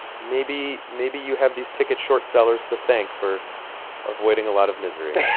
maybe maybe you have these ticket short sellers to thank for avoiding a lot of misery